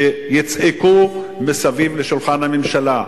שיצעקו סביב שולחן הממשלה.